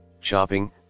chopping